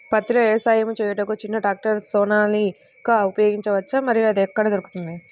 పత్తిలో వ్యవసాయము చేయుటకు చిన్న ట్రాక్టర్ సోనాలిక ఉపయోగించవచ్చా మరియు అది ఎక్కడ దొరుకుతుంది?